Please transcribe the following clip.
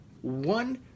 one